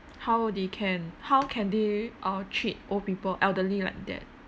how they can how can they uh cheat old people elderly like that